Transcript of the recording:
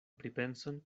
pripenson